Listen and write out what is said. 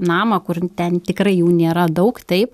namą kur ten tikrai jų nėra daug taip